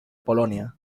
polonia